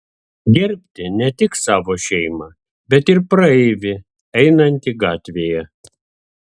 gerbti ne tik savo šeimą bet ir praeivį einantį gatvėje